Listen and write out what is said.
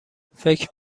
فکر